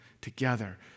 together